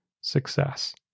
success